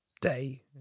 day